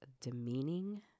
demeaning